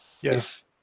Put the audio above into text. yes